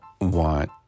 want